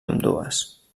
ambdues